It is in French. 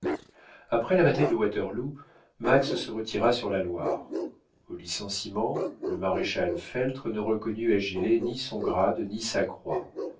après la bataille de waterloo max se retira sur la loire au licenciement le maréchal feltre ne reconnut à gilet ni son grade ni sa croix